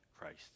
Christ